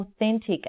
authentic